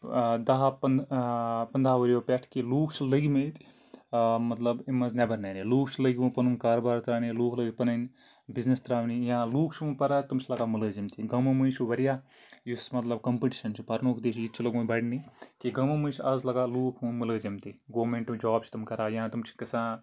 دَہو پن پَنٛدہَو ؤرۍ یو پٮ۪ٹھ کہ لُکھ چھِ لٔگۍ مٕتۍ مطلب امہِ منٛز نٮ۪بَر نیرنہِ لُکھ چھِ لٔگۍ وَنۍ پَنُن کاربار کَرنہِ لُکھ لٔگۍ پَنٕنۍ بِزنٮ۪س ترٛاونہِ یا لُکھ چھِ وۄں پَران تِم چھِ لَگان مُلٲزِم تہِ گامو مٔنٛزۍ چھِ واریاہ یُس مطلب کَمپیٚٹشَن چھِ پَرنُک دٔہی یہِ تہِ چھُ لوٚگمُت بَڑنہِ کہ گامو مٔنٛزۍ چھِ اَز لَگان لُکھ ہُم مُلٲزِم تہِ گورنمنٹُک جاب چھِ تِم کَران یا تِم چھِ گَژھان